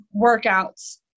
workouts